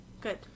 Good